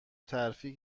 ترفیع